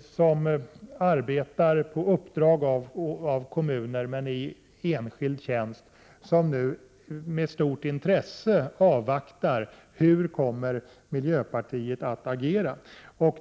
som arbetar på uppdrag av kommuner men i enskild tjänst, som nu med stort intresse avvaktar hur miljöpartiet kommer att agera.